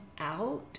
out